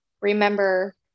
Remember